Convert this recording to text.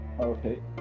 Okay